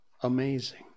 Amazing